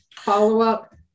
follow-up